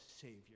Savior